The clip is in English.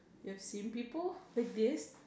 they have seen people like this